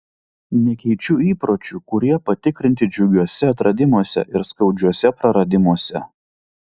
nekeičiu įpročių kurie patikrinti džiugiuose atradimuose ir skaudžiuose praradimuose